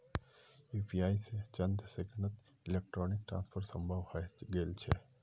UPI स चंद सेकंड्सत इलेक्ट्रॉनिक ट्रांसफर संभव हई गेल छेक